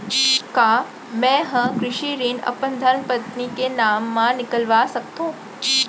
का मैं ह कृषि ऋण अपन धर्मपत्नी के नाम मा निकलवा सकथो?